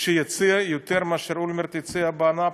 שיציע יותר ממה שאולמרט הציע באנאפוליס,